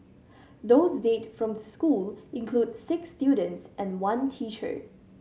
those dead from the school include six students and one teacher